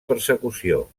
persecució